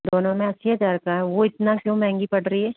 वो इतना क्यों महंगी पड़ रही है